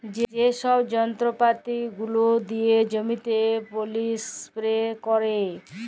যে ছব যল্তরপাতি গুলা দিয়ে জমিতে পলী ইস্পেরে ক্যারে